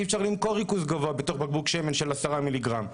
אי-אפשר למכור ריכוז גבוה בתוך בקבוק שמן של 10 מיליגרם.